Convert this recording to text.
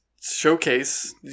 showcase